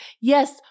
Yes